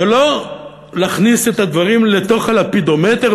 זה לא להכניס את הדברים לתוך הלפידומטר,